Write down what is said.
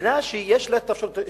מדינה שיש לה האפשרות,